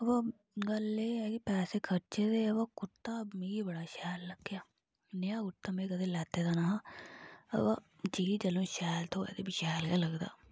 अ बो गल्ल एह् ऐ के पैसे खर्चे दे बो कुरता मीं बड़ा शैल लग्गेआ नेहा कुरता में कदें लैते दा नेहा अ बा चीज तैह्ल्लूं शैल थ्होए ते भी शैल गै लग्गदा